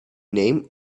name